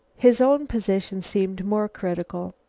his own position seemed more critical.